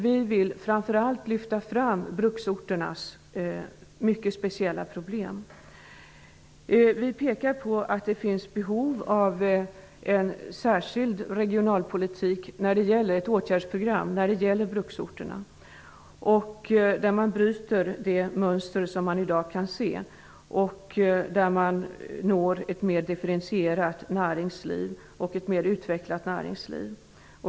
Vi vill särskilt framhålla bruksorternas speciella problem. Vi pekar på behovet av en särskild regionalpolitik när det gäller ett åtgärdsprogram för bruksorterna, som kan bidra till att bryta det mönster som man i dag kan se och till att nå ett mer differentierat och utvecklat näringsliv.